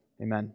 Amen